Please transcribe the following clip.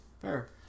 Fair